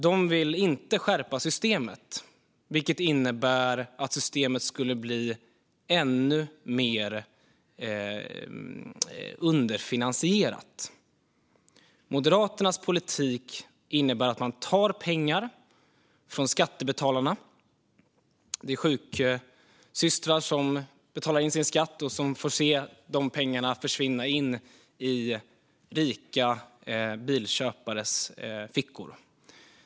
De vill inte skärpa systemet, vilket innebär att systemet skulle bli ännu mer underfinansierat. Moderaternas politik innebär att man tar pengar från skattebetalarna, från sjuksystrar som betalar in sin skatt och får se de pengarna försvinna in i rika bilköpares fickor.